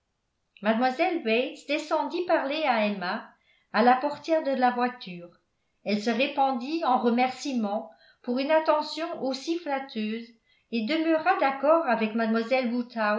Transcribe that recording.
mlle bates descendit parler à emma à la portière de la voiture elle se répandit en remerciements pour une attention aussi flatteuse et demeura d'accord avec